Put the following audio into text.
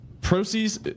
proceeds